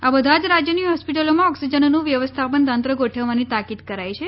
આ બધા જ રાજ્યોની હોસ્પીટલોમાં ઓક્સીજનનું વ્યવસ્થાપન તંત્ર ગોઠવવાની તાકીદ કરાઈ છે